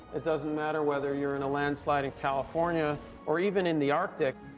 it doesn't matter whether you're in a landslide in california or even in the arctic.